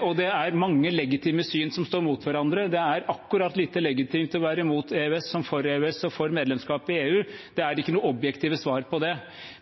og det er mange legitime syn som står mot hverandre. Det er akkurat like legitimt å være mot EØS som for EØS og for medlemskap i EU. Det er ingen objektive svar på det.